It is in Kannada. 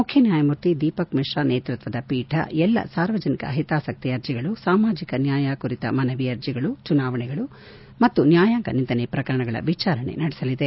ಮುಖ್ನನ್ನಾಯಮೂರ್ತಿ ದೀಪಕ್ ಮಿಶ್ರಾ ನೇತೃತ್ವದ ಪೀಠ ಎಲ್ಲ ಸಾರ್ವಜನಿಕ ಹಿತಾಸಕ್ಕಿ ಅರ್ಜಿಗಳು ಸಾಮಾಜಿಕ ನ್ನಾಯ ಕುರಿತ ಮನವಿ ಅರ್ಜಿಗಳು ಚುನಾವಣೆಗಳು ಹೇಬಿಸ್ ಕಾರ್ಪಸ್ ಮತ್ತು ನ್ನಾಯಾಂಗ ನಿಂದನೆ ಪಕರಣಗಳ ವಿಚಾರಣೆ ನಡೆಸಲಿದೆ